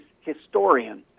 historian